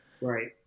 right